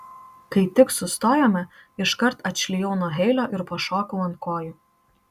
kai tik sustojome iškart atšlijau nuo heilo ir pašokau ant kojų